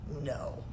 No